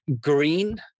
green